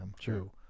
True